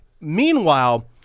Meanwhile